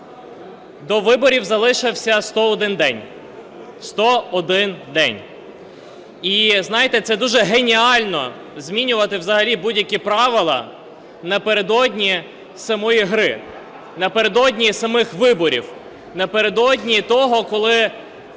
До виборів залишився 101 день. 101 день. І знаєте, це дуже геніально змінювати взагалі будь-які правила напередодні самої гри, напередодні самих виборів. Напередодні того, коли